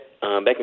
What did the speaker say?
back